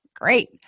Great